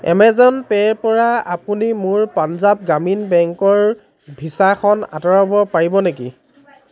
Amazon পে'ৰ পৰা আপুনি মোৰ পাঞ্জাৱ গ্ৰামীণ বেংকৰ ভিছাখন আঁতৰাব পাৰিব নেকি